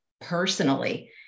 personally